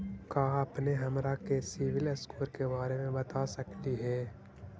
का अपने हमरा के सिबिल स्कोर के बारे मे बता सकली हे?